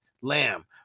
Lamb